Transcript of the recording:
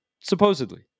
Supposedly